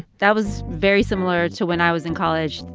that was very similar to when i was in college.